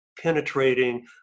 penetrating